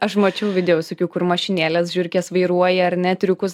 aš mačiau video visokių kur mašinėles žiurkės vairuoja ar ne triukus